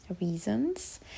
reasons